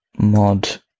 Mod